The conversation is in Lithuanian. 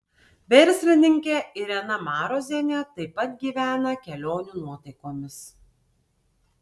verslininkė irena marozienė taip pat gyvena kelionių nuotaikomis